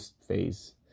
phase